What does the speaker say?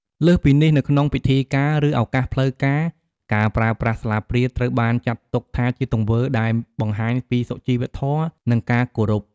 លើសពីនេះ នៅក្នុងពិធីការ ឬឱកាសផ្លូវការ ការប្រើប្រាស់ស្លាបព្រាត្រូវបានចាត់ទុកថាជាទង្វើដែលបង្ហាញពីសុជីវធម៌ និងការគោរព។